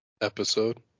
episode